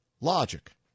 logic